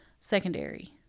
secondary